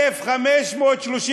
1,532,